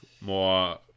more